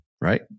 Right